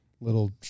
little